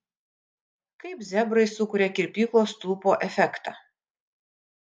kaip zebrai sukuria kirpyklos stulpo efektą